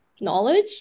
knowledge